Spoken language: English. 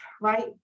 right